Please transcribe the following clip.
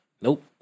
Nope